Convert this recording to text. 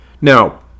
Now